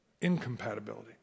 Incompatibility